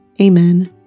Amen